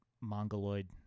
mongoloid